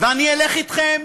ואני אלך אתכם